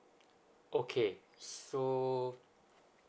okay so